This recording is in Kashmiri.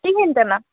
کِہیٖنٛۍ تِنہٕ